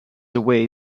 away